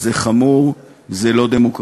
זה חמור, זה לא דמוקרטי.